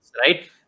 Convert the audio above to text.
right